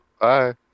Bye